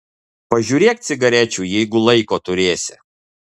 pažiūrėk cigarečių jeigu laiko turėsi